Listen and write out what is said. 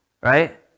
right